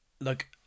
look